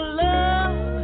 love